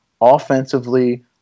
offensively